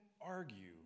argue